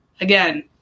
Again